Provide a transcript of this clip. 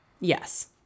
Yes